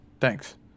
Thanks